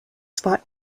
spot